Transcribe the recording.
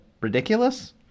ridiculous